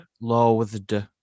Loathed